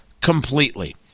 completely